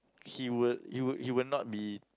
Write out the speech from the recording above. he would he would he would not be